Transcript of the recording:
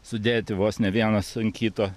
sudėti vos ne vienas ant kito